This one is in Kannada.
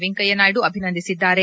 ವೆಂಕಯ್ಯನಾಯ್ತು ಅಭಿನಂದಿಸಿದ್ದಾರೆ